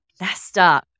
Nesta